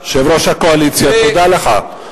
יושב-ראש הקואליציה, תודה לך.